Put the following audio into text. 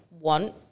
want